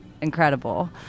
incredible